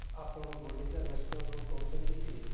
ଆପଣ ଗୁଣ୍ଡିଚା ରେଷ୍ଟୁରାଣ୍ଟ୍ରୁ କହୁଛନ୍ତି କି